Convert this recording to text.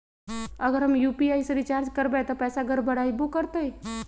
अगर हम यू.पी.आई से रिचार्ज करबै त पैसा गड़बड़ाई वो करतई?